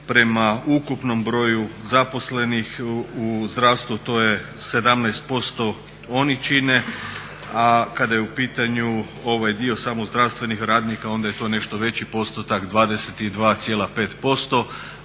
prema ukupnom broju zaposlenih u zdravstvu to je 17% oni čine, a kada je u pitanju ovaj dio samo zdravstvenih radnika onda je to nešto veći postotak, 22,5%.